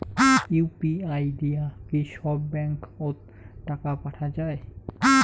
UPI দিয়া কি সব ব্যাংক ওত টাকা পাঠা যায়?